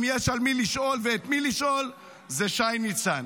אם יש על מי לשאול ואת מי לשאול זה שי ניצן.